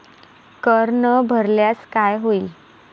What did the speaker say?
कर न भरल्यास काय होईल?